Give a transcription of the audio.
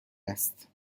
است